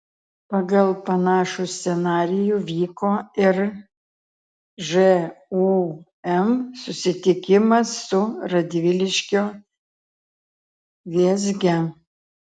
pagal panašų scenarijų vyko ir žūm susitikimas su radviliškio vėzge